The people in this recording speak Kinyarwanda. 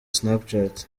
snapchat